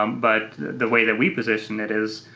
um but the way that we position it is